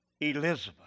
Elizabeth